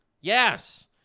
Yes